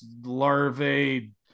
larvae